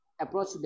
approach